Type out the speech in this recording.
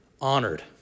Honored